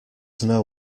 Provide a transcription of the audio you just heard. know